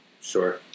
Sure